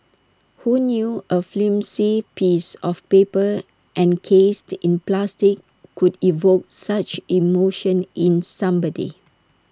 who knew A flimsy piece of paper encased in plastic could evoke such emotion in somebody